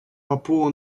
папуа